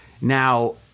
Now